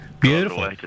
Beautiful